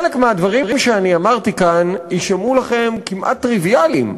חלק מהדברים שאני אמרתי כאן יישמעו לכם כמעט טריוויאליים.